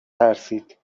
ترسید